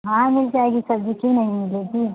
हाँ मिल जाएगी सब्जी क्यों नहीं मिलेगी